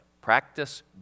Practice